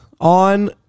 on